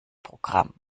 programm